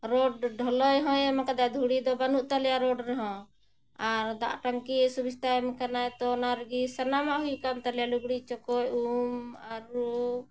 ᱰᱷᱟᱞᱟᱭ ᱦᱚᱸᱭ ᱮᱢ ᱟᱠᱟᱫᱟ ᱫᱷᱩᱲᱤ ᱫᱚ ᱵᱟᱹᱱᱩᱜ ᱛᱟᱞᱮᱭᱟ ᱨᱮᱦᱚᱸ ᱟᱨ ᱫᱟᱜ ᱴᱟᱝᱠᱤ ᱥᱩᱵᱤᱫᱷᱟᱭ ᱮᱢ ᱠᱟᱱᱟᱭ ᱛᱳ ᱚᱱᱟ ᱨᱮᱜᱮ ᱥᱟᱱᱟᱢᱟᱜ ᱦᱩᱭᱩᱜ ᱠᱟᱱ ᱛᱟᱞᱮᱭᱟ ᱞᱩᱜᱽᱲᱤ ᱪᱚᱠᱚᱡ ᱩᱢ ᱟᱨᱩᱯ